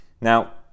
Now